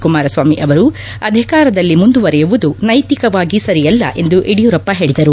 ಕುಮಾರಸ್ವಾಮಿ ಅವರು ಅಧಿಕಾರದಲ್ಲಿ ಮುಂದುವರೆಯುವುದು ನೈತಿಕವಾಗಿ ಸರಿಯಲ್ಲ ಎಂದು ಯಡಿಯೂರಪ್ಪ ಹೇಳಿದರು